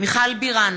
מיכל בירן,